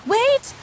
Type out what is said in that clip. Wait